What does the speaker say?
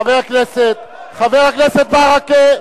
חבר הכנסת ברכה,